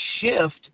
shift